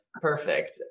perfect